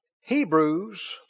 Hebrews